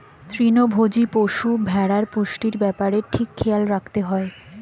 তৃণভোজী পশু, ভেড়ার পুষ্টির ব্যাপারে ঠিক খেয়াল রাখতে হয়